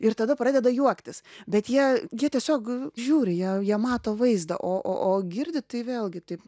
ir tada pradeda juoktis bet jie jie tiesiog žiūri jie jie mato vaizdą o o o girdi tai vėlgi taip